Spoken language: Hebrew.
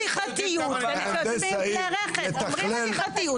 ונשקול מה נדון בהמשך.